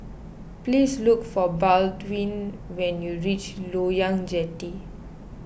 please look for Baldwin when you reach Loyang Jetty